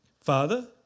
Father